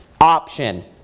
option